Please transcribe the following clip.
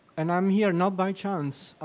and um here not by chance.